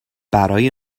برای